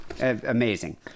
amazing